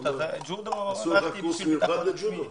עשו לך קורס מיוחד לג'ודו,